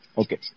okay